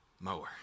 mower